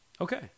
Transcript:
Okay